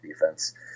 defense